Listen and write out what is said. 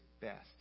best